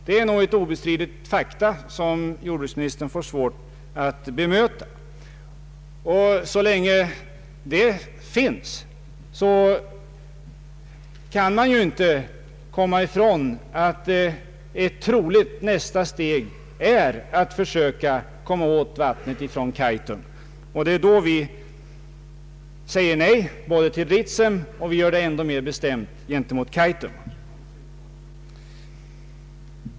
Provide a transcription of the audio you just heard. Det är ett obestridligt faktum som jordbruksminis tern inte bemött. Så länge detta kvarstår kan man inte komma ifrån att ett troligt nästa steg är att försöka komma åt vattnet från Kaitum. Därför säger vi nej både till Ritsem och ännu mer bestämt till Kaitum.